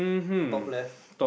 top left